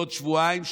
בעוד שבועיים,